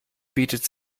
bietet